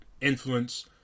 influence